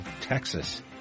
Texas